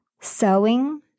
sewing